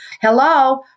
Hello